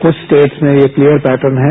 कुछ स्टेट्स में ये क्लीयर पैट्रर्न है